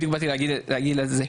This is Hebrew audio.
בדיוק באתי להגיד על זה,